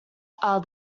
are